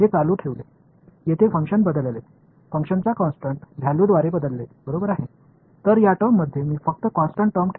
எனவே இந்த வெளிப்பாட்டில் நிலையான வெளிப்பாட்டை மட்டுமே வைத்திருந்தால் எனக்கு என்ன கிடைக்கும்